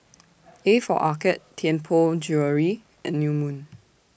A For Arcade Tianpo Jewellery and New Moon